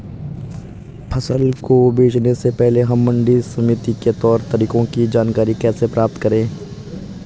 फसल को बेचने से पहले हम मंडी समिति के तौर तरीकों की जानकारी कैसे प्राप्त करें?